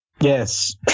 yes